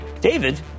David